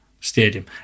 stadium